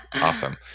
Awesome